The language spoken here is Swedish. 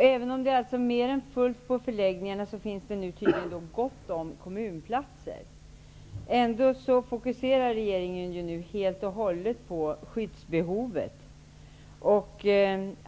Även om det är mer än fullt på förläggningarna, finns det tydligen nu gott om kommunplatser. Ändå fokuserar regeringen ju helt och hållet skyddsbehovet.